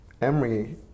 Emery